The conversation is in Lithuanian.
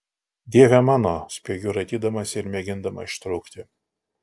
dieve mano spiegiu raitydamasi ir mėgindama ištrūkti